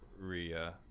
RIA